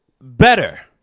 better